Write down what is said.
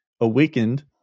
awakened